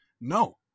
No